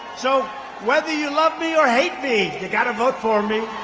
so whether you love me or hate me, you got to vote for me